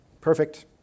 perfect